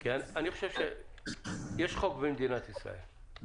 כי אני חושב שיש חוק במדינת ישראל.